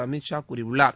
அமித்ஷா கூறியுள்ளார்